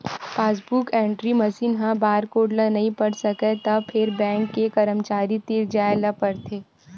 passbook entry machine ह barcode ल नइ पढ़ सकय त फेर बेंक के करमचारी तीर जाए ल परथे